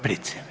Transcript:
Price.